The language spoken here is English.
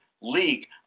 leak